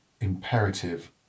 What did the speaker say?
imperative